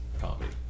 comedy